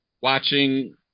watching